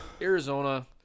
Arizona